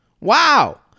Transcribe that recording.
Wow